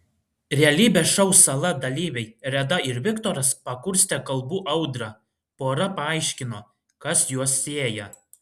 realybės šou sala dalyviai reda ir viktoras pakurstė kalbų audrą pora paaiškino kas juos sieja